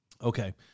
Okay